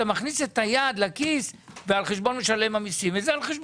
מכניס את היד לכיס על חשבון משלם המסים.